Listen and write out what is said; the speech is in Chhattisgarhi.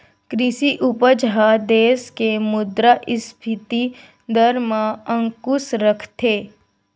कृषि उपज ह देस के मुद्रास्फीति दर म अंकुस रखथे